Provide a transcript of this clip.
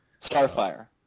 Starfire